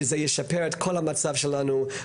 וזה ישפר את כל המצב שלנו,